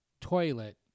toilet